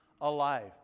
alive